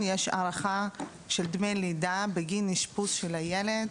הארכה של דמי לידה בגין אשפוז של הילד,